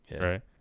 Right